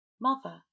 mother